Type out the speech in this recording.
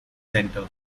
center